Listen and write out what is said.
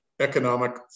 economic